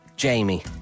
Jamie